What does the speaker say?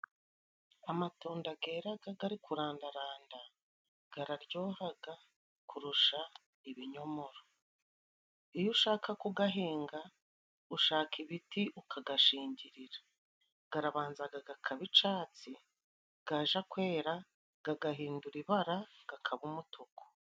Amatunda geraga gari kurandaranda gararyohaga kurusha ibinyomoro; iyo ushaka kugahinga ushaka ibiti ukagashingirira, garabanza gagakaba icatsi gaja kwera gagahindura ibara gakaba umutuku.